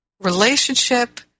relationship